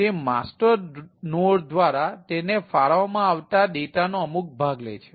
તે master node દ્વારા તેને ફાળવવામાં આવતા ડેટાનો અમુક ભાગ લે છે